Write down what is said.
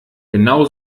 genau